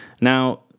Now